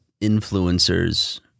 influencers